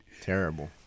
Terrible